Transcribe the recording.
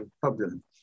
problem